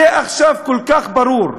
זה עכשיו כל כך ברור,